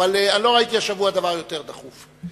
אבל השבוע לא ראיתי דבר דחוף יותר.